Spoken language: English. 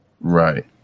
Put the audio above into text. Right